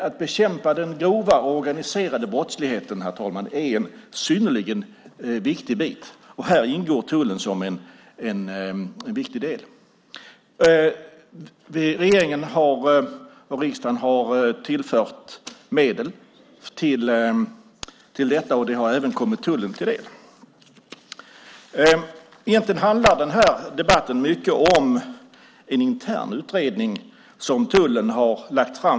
Att bekämpa den grova och organiserade brottsligheten är en synnerligen viktig del, och här ingår tullen som en viktig del. Regeringen och riksdagen har tillfört medel till detta, och det har även kommit tullen till del. Egentligen handlar denna debatt mycket om en intern utredning som tullen själv har lagt fram.